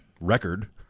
record